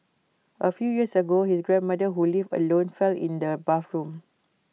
A few years ago his grandmother who lived alone fell in the bathroom